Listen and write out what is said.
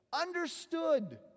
Understood